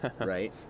right